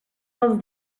les